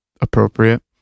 appropriate